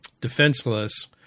defenseless